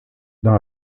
dans